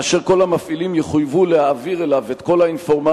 אשר כל המפעילים יחויבו להעביר אליו את כל האינפורמציה.